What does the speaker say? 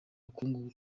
bukungu